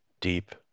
deep